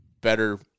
better